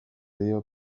dio